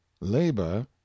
labor